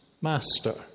master